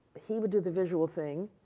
he but did the visual thing,